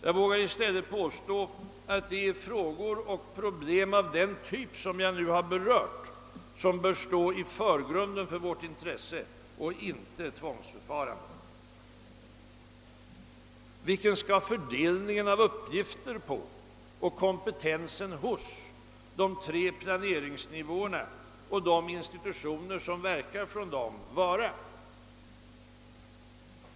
Jag vågar i stället påstå att det är frågor och problem av den typ som jag nu har berört som bör stå i förgrunden för vårt intresse och inte ett tvångsförfarande. Hur skall uppgifterna fördelas på de tre planeringsnivåerna och de institutioner som verkar från dem och vilken kompetens skall de ha?